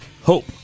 hope